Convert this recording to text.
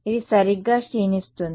ఇది సరిగ్గా క్షీణిస్తుంది